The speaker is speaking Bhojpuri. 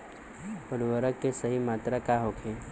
उर्वरक के सही मात्रा का होखे?